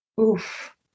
Oof